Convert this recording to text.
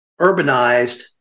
urbanized